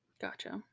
Gotcha